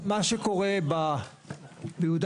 אני חושב שכבר כמה עשורים יש הליך מאוד ברור של תוכניות,